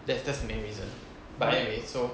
that's that's the main reason but anyway so